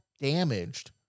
damaged